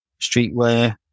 streetwear